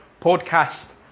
podcast